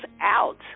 out